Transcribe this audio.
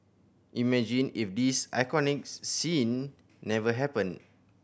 imagine if this iconic's scene never happened